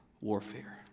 warfare